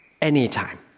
anytime